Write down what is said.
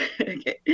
Okay